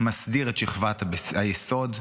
מסדיר את שכבת היסוד,